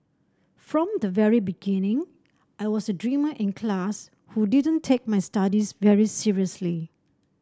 from the very beginning I was a dreamer in class who didn't take my studies very seriously